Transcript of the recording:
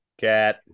cat